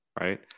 right